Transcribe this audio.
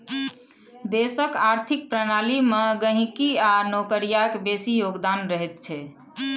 देशक आर्थिक प्रणाली मे गहिंकी आ नौकरियाक बेसी योगदान रहैत छै